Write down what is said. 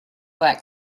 that